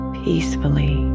peacefully